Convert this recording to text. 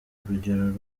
urugero